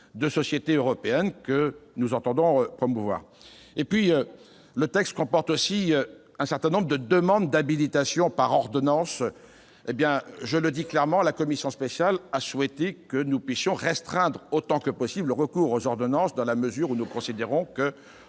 de société européenne que nous entendons promouvoir. Enfin, ce texte contient également un certain nombre de demandes d'habilitation à légiférer par ordonnance. Je le dis clairement : la commission spéciale a souhaité restreindre autant que possible le recours aux ordonnances dans la mesure où nous considérons qu'il